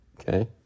okay